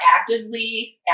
actively